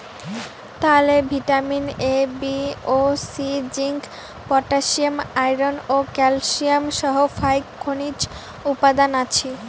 তালে vitamin A, B ও C, zinc, potassium, iron ও ক্যালসিয়াম সহ ফাইক খনিজ উপাদান আছি